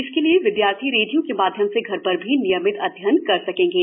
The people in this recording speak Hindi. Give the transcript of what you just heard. इससे विद्यार्थी रेडियो के माध्यम से घर पर भी नियमित अध्ययन कर सकेंगे